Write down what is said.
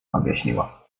objaśniła